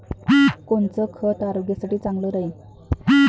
कोनचं खत आरोग्यासाठी चांगलं राहीन?